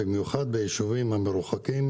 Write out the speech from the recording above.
במיוחד בישובים המרוחקים,